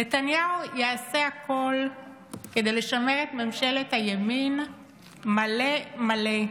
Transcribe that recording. נתניהו יעשה הכול כדי לשמר את ממשלת הימין מלא מלא,